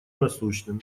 насущным